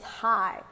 high